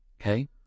Okay